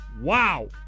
Wow